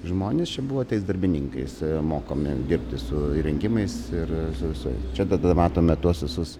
žmonės čia buvo tais darbininkais mokomi dirbti su įrengimais ir su su čia tada matome tuos visus